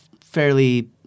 fairly